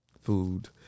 food